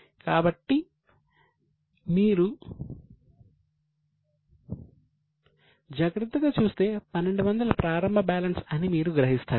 కాబట్టి మీరు జాగ్రత్తగా చూస్తే 1200 ప్రారంభ బ్యాలెన్స్ అని మీరు గ్రహిస్తారు